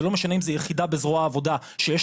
זה לא משנה אם זה יחידה בזרוע העבודה שיש